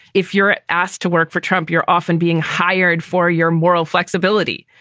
if you're asked to work for trump, you're often being hired for your moral flexibility,